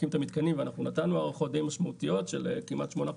ואנחנו נתנו הארכות די משמעותיות של כמעט שמונה חודשים,